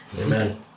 Amen